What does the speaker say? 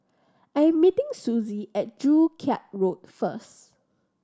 I am meeting Sussie at Joo Chiat Road first